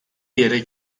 yere